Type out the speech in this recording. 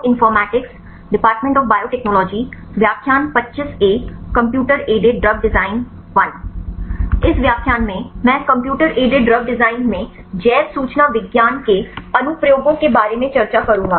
इस व्याख्यान में मैं कंप्यूटर एडेड ड्रग डिज़ाइन में जैव सूचना विज्ञान के अनुप्रयोगों के बारे में चर्चा करूँगा